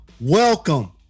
welcome